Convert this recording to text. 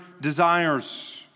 desires